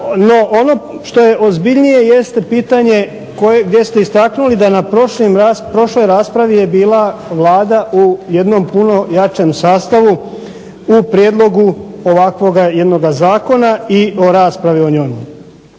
ono što je ozbiljnije jeste pitanje koje, gdje ste istaknuli da na prošloj raspravi je bila Vlada u jednom puno jačem sastavu, u prijedlogu ovakvoga jednoga zakona i o raspravi o njoj.